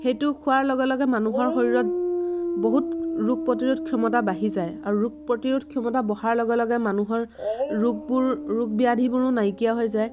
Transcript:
সেইটো খোৱাৰ লগে লগে মানুহৰ শৰীৰত বহুত ৰোগ প্ৰতিৰোধ ক্ষমতা বাঢ়ি যায় আৰু ৰোগ প্ৰতিৰোধ ক্ষমতা বঢ়াৰ লগে লগে মানুহৰ ৰোগবোৰ ৰোগ ব্যাধিবোৰো নাইকিয়া হৈ যায়